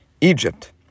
Egypt